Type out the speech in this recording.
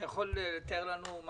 אתה יכול לתאר לנו?